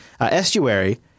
estuary